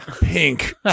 pink